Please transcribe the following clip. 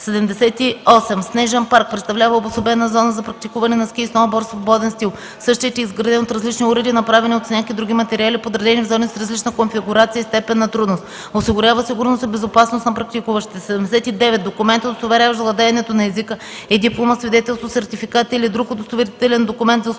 78. „Снежен парк” представлява обособена зона за практикуване на ски и сноуборд свободен стил. Същият е изграден от различни уреди, направени от сняг и други материали, подредени в зони с различна конфигурация и степен на трудност. Осигурява сигурност и безопасност на практикуващите. 79. „Документ, удостоверяващ владеенето на езика” е диплома, свидетелство, сертификат или друг удостоверителен документ за успешно